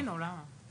עשינו, למה?